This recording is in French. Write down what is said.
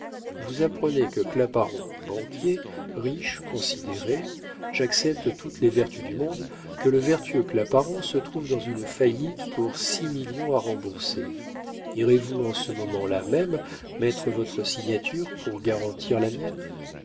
vous apprenez que claparon banquier riche considéré j'accepte toutes les vertus du monde que le vertueux claparon se trouve dans une faillite pour six millions à rembourser irez-vous en ce moment-là même mettre votre signature pour garantir la mienne